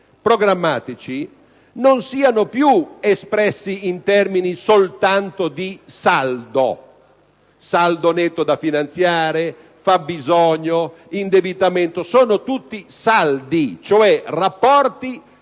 programmatici non siano più espressi soltanto in termini di saldo. Saldo netto da finanziare, fabbisogno, indebitamento, sono tutti saldi, cioè rapporti